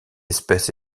espèce